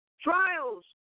Trials